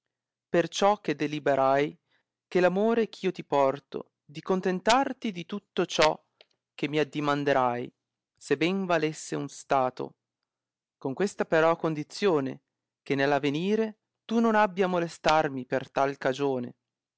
perciò che deliberai per l amore eh io ti porto di contentarti di tutto ciò che mi addimanderai se ben valesse un stato con questa però condizione che nell avenire tu non abbi a molestarmi per tal cagione